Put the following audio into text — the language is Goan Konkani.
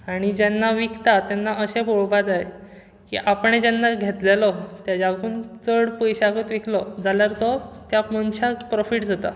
आनी जेन्ना विकता तेन्ना अशें पळोवपा जाय की आपणे जेन्ना घेतलेलो ताज्याकून चड पयश्यान विकलो जाल्यार तो त्या मनश्याक प्रॉफीट जाता